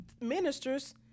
ministers